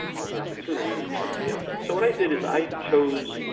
all the opportunities for some of the enemy. so what i did is i chose.